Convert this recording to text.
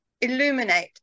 illuminate